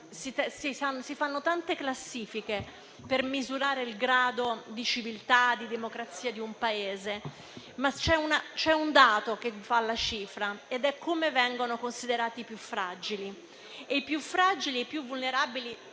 Si fanno tante classifiche per misurare il grado di civiltà e di democrazia di un Paese, ma c'è un dato che dà la cifra ed è come vengono considerati i più fragili e i più vulnerabili.